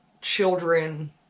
children